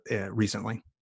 recently